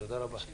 תודה רבה.